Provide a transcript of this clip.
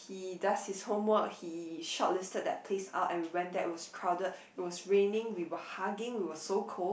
he does his homework he shortlisted that place out and we went that was crowded it was raining we were hugging we were so cold